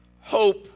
hope